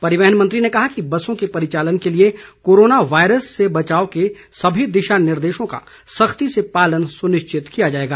परिवहन मन्त्री ने कहा कि बसों के परिचालन के लिए कोरोना वायरस से बचाव के सभी दिशा निर्देशों का सख्ती से पालन सुनिश्चित किया जाएगा